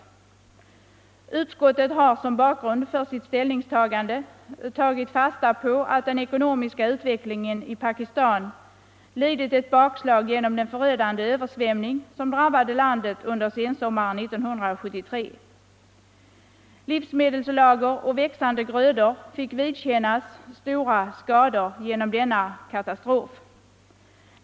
Utskottet har som bakgrund för sitt ställningstagande tagit fasta på att den ekonomiska utvecklingen i Pakistan lidit ett bakslag genom den förödande översvämning som drabbade landet under sensommaren 1973. Livsmedelslager och växande grödor drabbades av stora skador genom denna katastrof.